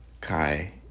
kai